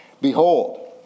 Behold